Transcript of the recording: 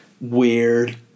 Weird